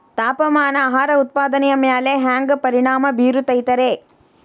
ತಾಪಮಾನ ಆಹಾರ ಉತ್ಪಾದನೆಯ ಮ್ಯಾಲೆ ಹ್ಯಾಂಗ ಪರಿಣಾಮ ಬೇರುತೈತ ರೇ?